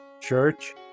church